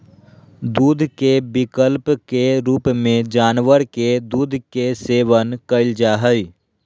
दूध के विकल्प के रूप में जानवर के दूध के सेवन कइल जा हइ